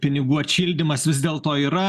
pinigų atšildymas vis dėlto yra